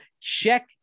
check